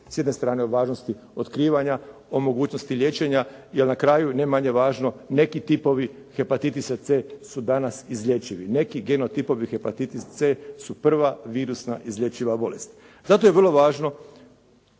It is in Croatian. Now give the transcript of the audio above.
S jedne strane od važnosti otkrivanja, o mogućnosti liječenja, jer na kraju ne manje važno, neki tipovi hepatitisa c su danas izlječivi. Neki genotipovi hepatitisa c su prva virusna izlječiva bolest. Zato je vrlo važno,